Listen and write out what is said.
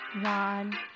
One